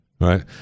Right